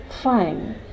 fine